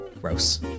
Gross